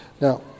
Now